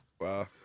Wow